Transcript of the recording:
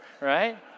right